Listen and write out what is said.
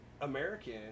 American